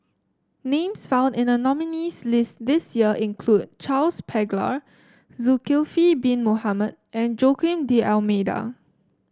names found in the nominees' list this year include Charles Paglar Zulkifli Bin Mohamed and Joaquim D'Almeida